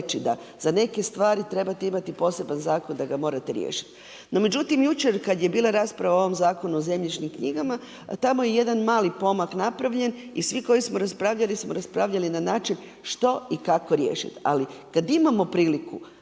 da za neke stvari trebate imati poseban zakon da ga morate riješiti. No, međutim, jučer kada je bila rasprava o ovom zakonu o zemljišnim knjigama, tamo je jedan mali pomak napravljen i svi koji smo raspravljali smo raspravljali na način što i kako riješiti. Ali kada imamo priliku